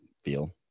feel